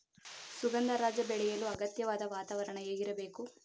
ಸುಗಂಧರಾಜ ಬೆಳೆಯಲು ಅಗತ್ಯವಾದ ವಾತಾವರಣ ಹೇಗಿರಬೇಕು?